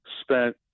spent